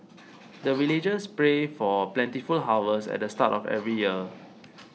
the villagers pray for plentiful harvest at the start of every year